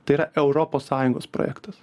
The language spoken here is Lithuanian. tai yra europos sąjungos projektas